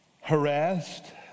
harassed